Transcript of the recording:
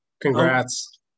Congrats